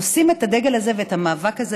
הם נושאים את הדגל הזה ואת המאבק הזה